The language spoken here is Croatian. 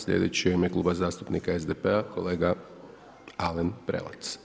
Slijedeći u ime Kluba zastupnika SDP-a, kolega Alen Prelec.